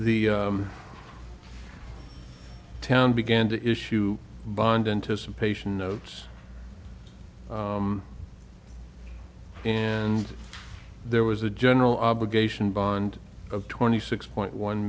the town began to issue bonds anticipation notes and there was a general obligation bond of twenty six point one